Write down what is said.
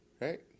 right